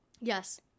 Yes